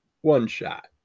one-shot